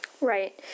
Right